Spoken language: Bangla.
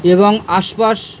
এবং আশপাশ